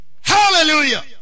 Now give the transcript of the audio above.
Hallelujah